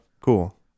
Cool